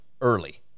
early